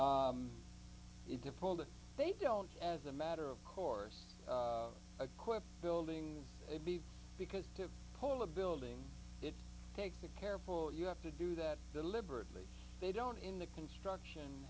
fold they don't as a matter of course a quick building maybe because to pull a building it takes a careful you have to do that deliberately they don't in the construction